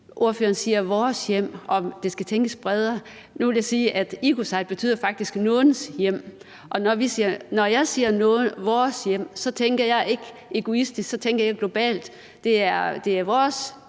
Ordføreren siger om det med vores hjem, at det skal tænkes bredere. Nu vil jeg sige, at ecocide faktisk betyder, at det rammer nogens hjem, og når jeg siger vores hjem, tænker jeg ikke egoistisk, så tænker jeg globalt. Det er